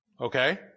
Okay